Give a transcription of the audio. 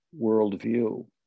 worldview